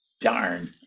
Darn